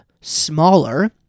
smaller